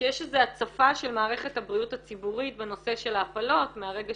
שיש איזה הצפה של מערכת הבריאות הציבורית בנושא של ההפלות מהרגע